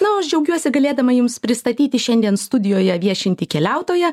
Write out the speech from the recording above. na o aš džiaugiuosi galėdama jums pristatyti šiandien studijoje viešintį keliautoją